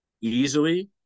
easily